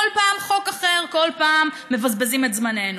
כל פעם חוק אחר, כל פעם מבזבזים את זמננו,